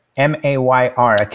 M-A-Y-R